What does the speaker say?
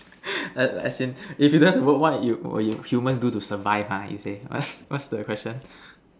as in it depends on what you you humans do to survive ah you say what's what's the question